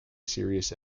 serious